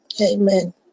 Amen